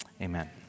amen